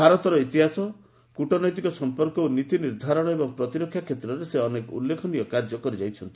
ଭାରତର ଇତିହାସ କ୍ରଟନୈତିକ ସମ୍ପର୍କ ଓ ନୀତିନିର୍ଦ୍ଧାରଣ ଏବଂ ପ୍ରତିରକ୍ଷା କ୍ଷେତ୍ରରେ ସେ ଅନେକ ଉଲ୍ଲେଖନୀୟ କାର୍ଯ୍ୟ କରିଛନ୍ତି